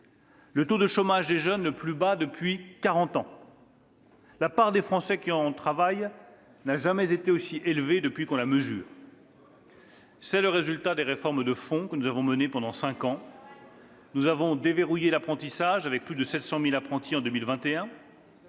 le taux de chômage des jeunes est le plus faible depuis quarante ans ; la proportion de Français qui ont un travail n'a jamais été aussi élevée depuis qu'on la mesure. « C'est le résultat des réformes de fond que nous avons menées pendant cinq ans : nous avons déverrouillé l'apprentissage, avec plus de 700 000 apprentis en 2021